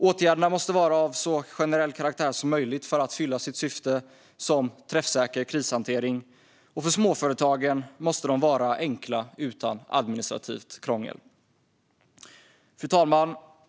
Åtgärderna måste vara av så generell karaktär som möjligt för att fylla sitt syfte som träffsäker krishantering, och för småföretagen måste de vara enkla och utan administrativt krångel. Fru talman!